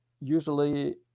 usually